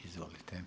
Izvolite.